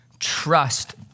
trust